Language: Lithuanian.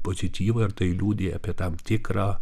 pozityvą ir tai liudija apie tam tikrą